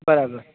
બરાબર